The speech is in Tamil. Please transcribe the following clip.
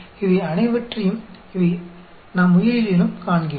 எனவே இவை அனைவற்றையும் நாம் உயிரியலிலும் காண்கிறோம்